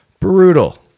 brutal